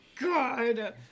God